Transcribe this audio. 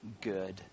Good